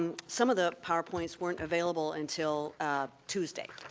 um some of the powerpoints weren't available until tuesday.